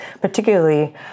particularly